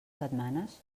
setmanes